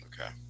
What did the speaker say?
Okay